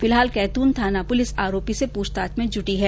फिलहाल कैथ्रन थाना पुलिस आरोपी से पूछताछ में जुटी है